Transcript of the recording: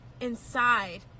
inside